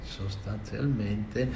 sostanzialmente